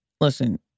listen